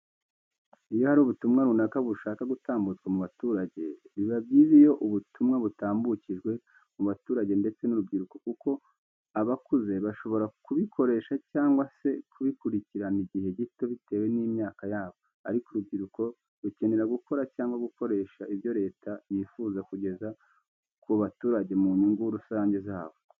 Iyo hari ubutumwa runaka bushaka gutambutswa mu baturage, biba byiza iyo ubutumwa butambukijwe mu baturage ndetse n'urubyiruko kuko abakuze bashobora kubikoresha cyangwa se kubikurikirana igihe gito bitewe n'imyaka yabo, ariko urubyiruko rukenera gukora cyangwa gukoresha ibyo Leta yifuza kugeza ku baturage mu nyungu rusange zabo.